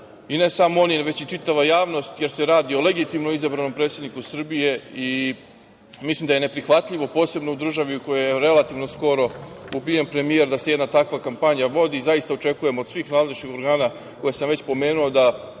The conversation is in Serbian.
i ne samo oni već i čitava javnost, jer se radi o legitimno izabranom predsedniku Srbije. Mislim da je neprihvatljivo, posebno u državi u kojoj je relativno skoro ubijen premijer, da se jedna takva kampanja vodi. Zaista očekujem od svih nadležnih organa, koje sam već pomenuo da